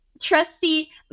trusty